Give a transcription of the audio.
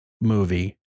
movie